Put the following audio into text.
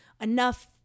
enough